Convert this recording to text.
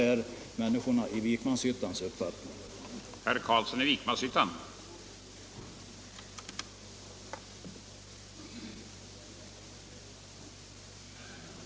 Men människornas i Vikmanshyttan uppfattning är att det inte räcker.